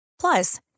Plus